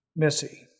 Missy